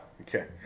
Okay